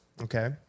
okay